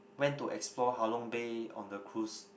went to explore Halong Bay on a cruise